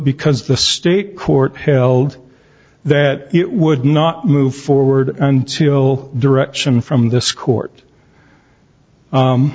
because the state court held that it would not move forward until direction from this court